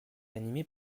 animée